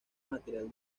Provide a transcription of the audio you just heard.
material